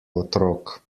otrok